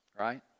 right